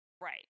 Right